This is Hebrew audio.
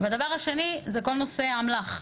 והדבר השני זה כל נושא האמל"ח.